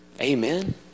Amen